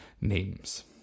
names